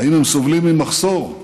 אם הם סובלים ממחסור,